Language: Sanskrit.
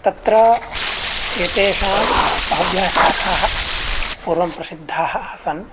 तत्र एतेषां बह्व्यः शाखाः पूर्वं प्रसिद्धाः आसन्